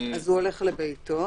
הוא הולך לביתו.